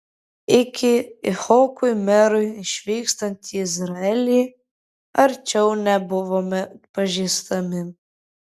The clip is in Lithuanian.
iki icchokui merui išvykstant į izraelį arčiau nebuvome pažįstami